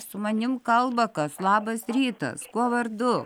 su manimi kalba kas labas rytas kuo vardu